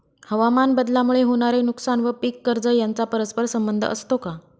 हवामानबदलामुळे होणारे नुकसान व पीक कर्ज यांचा परस्पर संबंध असतो का?